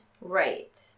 right